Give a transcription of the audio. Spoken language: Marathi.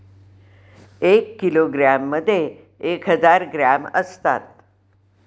एक किलोग्रॅममध्ये एक हजार ग्रॅम असतात